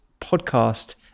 podcast